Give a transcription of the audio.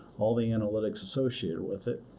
all the analytics associated with it,